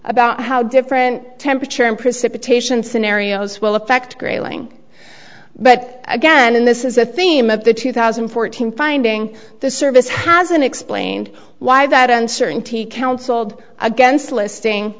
about how different temperature and precipitation scenarios will affect grayling but again this is the theme of the two thousand and fourteen finding the service hasn't explained why that uncertainty counseled against listing